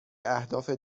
اهداف